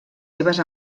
seves